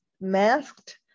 masked